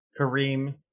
Kareem